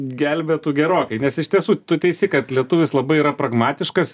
gelbėtų gerokai nes iš tiesų tu teisi kad lietuvis labai yra pragmatiškas